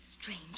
strange